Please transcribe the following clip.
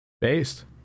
Based